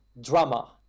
drama